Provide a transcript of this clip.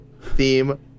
theme